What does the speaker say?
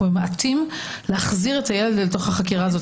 ממעטים להחזיר את הילד לתוך החקירה הזאת.